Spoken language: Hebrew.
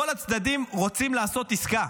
כל הצדדים רוצים לעשות עסקה,